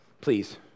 please